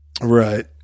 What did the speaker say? Right